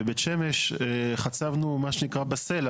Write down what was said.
בבית שמש חצבנו מה שנקרא בסלע.